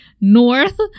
north